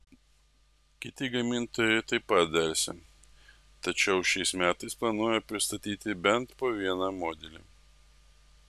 kiti gamintojai taip pat delsia tačiau šiais metais planuoja pristatyti bent po vieną modelį